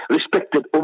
Respected